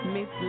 Miss